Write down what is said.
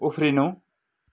उफ्रिनु